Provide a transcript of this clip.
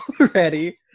already